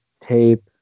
tape